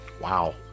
wow